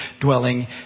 dwelling